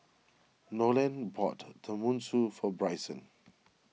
Nolen bought Tenmusu for Bryson